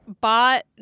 bought